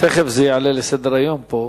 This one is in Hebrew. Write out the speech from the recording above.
תיכף זה יעלה לסדר-היום פה.